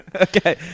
Okay